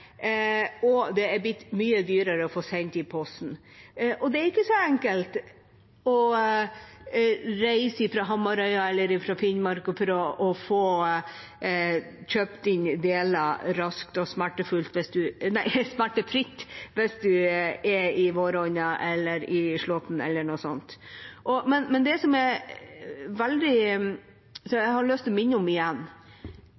og det er blitt mye dyrere å få sendt det i posten. Det er ikke så enkelt å reise fra Hamarøy eller Finnmark for å få kjøpt inn deler raskt og smertefritt hvis man er i våronna, i slåtten eller noe sånt. Jeg har veldig lyst til å minne om igjen at en pakke som før kunne blitt sendt som